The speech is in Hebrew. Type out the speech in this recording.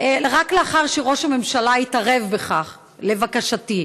רק לאחר שראש הממשלה התערב בכך, לבקשתי.